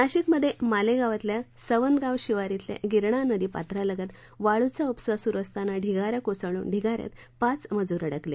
नाशिकमध्ये मालेगावातल्या सवंदगाव शिवार शिल्या गिरणा नदीपात्रालगत वाळूचा उपसा सुरु असताना ढिगारा कोसळून ढिगाऱ्यात पाच मजूर अडकले